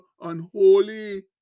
unholy